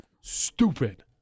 Stupid